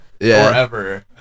forever